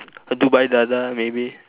dubai thaathaa maybe